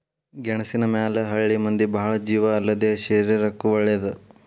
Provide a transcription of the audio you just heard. ಗೆಣಸಿನ ಮ್ಯಾಲ ಹಳ್ಳಿ ಮಂದಿ ಬಾಳ ಜೇವ ಅಲ್ಲದೇ ಶರೇರಕ್ಕೂ ವಳೇದ